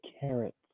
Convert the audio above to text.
carrots